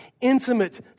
intimate